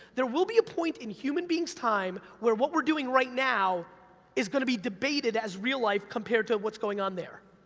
there will be a point in human beings' time, where what we're doing right now is gonna be debated as real life, compared to what's going on there.